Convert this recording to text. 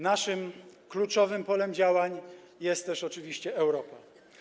Naszym kluczowym polem działań jest też oczywiście Europa.